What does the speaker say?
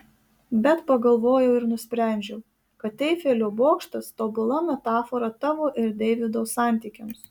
bet pagalvojau ir nusprendžiau kad eifelio bokštas tobula metafora tavo ir deivido santykiams